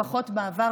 לפחות בעבר,